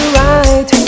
right